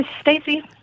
Stacey